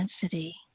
density